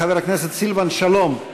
חבר הכנסת סילבן שלום.